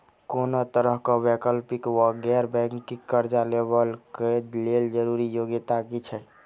कोनो तरह कऽ वैकल्पिक वा गैर बैंकिंग कर्जा लेबऽ कऽ लेल जरूरी योग्यता की छई?